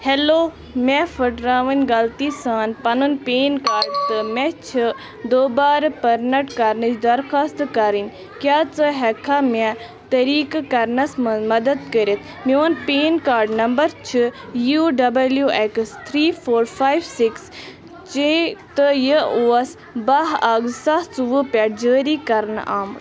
hello مےٚ پھٕٹراوٕنۍ غلطی سان پنُن پین کارڈ تہٕ مےٚ چھِ دوبارٕ پرنٹ کرنٕچ درخواستہٕ کرٕنۍ کیٛاہ ژٕ ہٮ۪ککھا مےٚ طریقہٕ کَرنس منٛز مدد کٔرِتھ میون پین کارڈ نمبر چھِ U W X three four five six J تہٕ یہِ اوس بَہہ اکھ زٕ ساس ژوٚوُہ پٮ۪ٹھ جٲری کرنہٕ آمُت